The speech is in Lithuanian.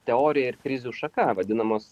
teorija ir krizių šaka vadinamos